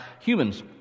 humans